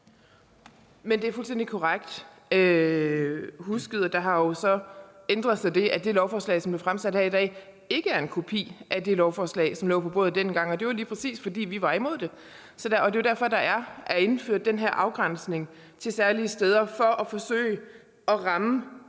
Det er fuldstændig korrekt husket. Det, der så har ændret sig, er, at det lovforslag, som bliver førstebehandlet her i dag, ikke er en kopi af det lovforslag, som lå på bordet dengang, og det er jo lige præcis, fordi vi var imod det. Det er derfor, der er indført den her afgrænsning af særlige steder, nemlig for at forsøge at ramme